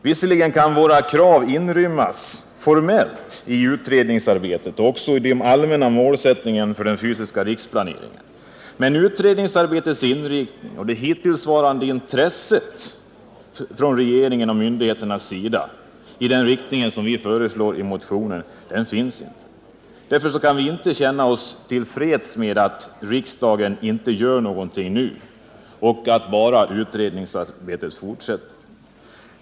Visserligen kan våra krav inrymmas — formellt — i det utredningsarbete som pågår och också i den allmänna målsättningen för den fysiska riksplaneringen, men en sådan inriktning av utredningsarbetet som vi föreslår i motionen har det hittills inte funnits något intresse för från vare sig regeringens eller myndigheternas sida. Därför kan vi inte känna oss till freds med att riksdagen inte gör någonting nu och att utredningsarbetet bara fortsätter.